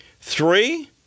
Three